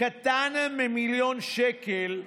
קטן ממיליון שקל,